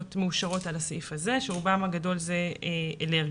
מאושרות על הסעיף הזה שרובן הגדול זה אלרגיה.